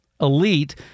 elite